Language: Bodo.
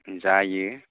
जायो